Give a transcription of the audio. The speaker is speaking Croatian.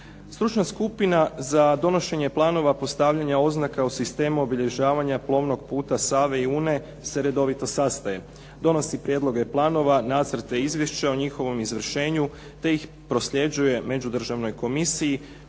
Stručna skupina za donošenje planova postavljanja oznaka u sistemu obilježavanja plovnog puta Save i Une se redovito sastaje, donosi prijedloge planova, nacrte izvješća o njihovom izvršenju, te ih prosljeđuje međudržavnoj komisiji